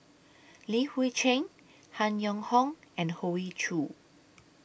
Li Hui Cheng Han Yong Hong and Hoey Choo